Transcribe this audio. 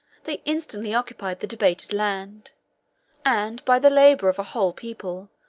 they instantly occupied the debatable land and by the labor of a whole people,